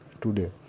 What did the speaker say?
today